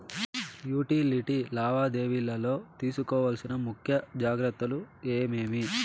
Utility లావాదేవీల లో తీసుకోవాల్సిన ముఖ్య జాగ్రత్తలు ఏమేమి?